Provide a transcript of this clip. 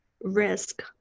risk